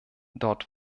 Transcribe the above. dort